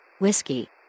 Whiskey